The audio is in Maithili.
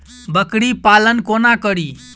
बकरी पालन कोना करि?